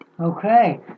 Okay